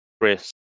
Chris